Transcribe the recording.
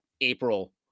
April